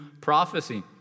prophecy